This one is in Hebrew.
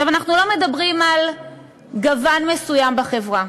אנחנו לא מדברים על גוון מסוים בחברה,